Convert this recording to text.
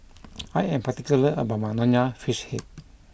I am particular about my Nonya Fish Head